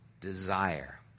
Desire